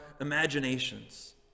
imaginations